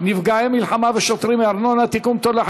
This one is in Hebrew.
נפגעי מלחמה ושוטרים מארנונה) (תיקון,